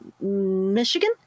Michigan